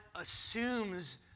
assumes